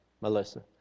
Melissa